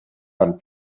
and